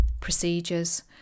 procedures